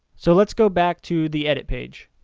so let's go back to the edit page.